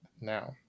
now